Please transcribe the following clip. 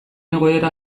egoera